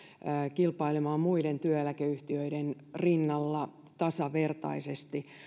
kilpailemaan muiden työeläkeyhtiöiden rinnalla tasavertaisesti